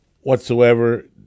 whatsoever